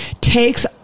takes